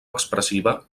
expressiva